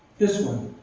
this one,